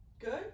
Good